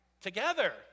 together